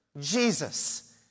Jesus